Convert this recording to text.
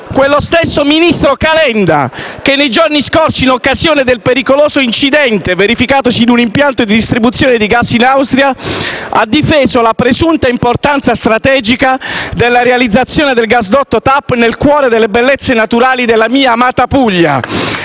Quello stesso ministro Calenda che nei giorni scorsi, in occasione del pericoloso incidente verificatosi in un impianto di distribuzione di gas in Austria, ha difeso la presunta importanza strategica della realizzazione del gasdotto TAP nel cuore delle bellezze naturali della mia amata Puglia.